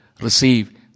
receive